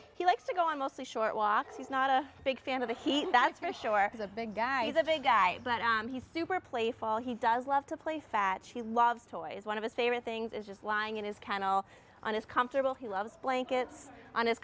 he likes to go in mostly short walk he's not a big fan of the heat that's for sure the big guys of a guy but he's super playful he does love to play fat she loves toys one of his favorite things is just lying in his kennel on his comfortable he loves blankets on his